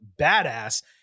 badass